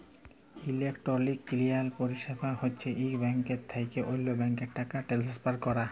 electronic clearing পরিছেবা হছে ইক ব্যাংক থ্যাইকে অল্য ব্যাংকে টাকা টেলেসফার ক্যরা